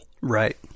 Right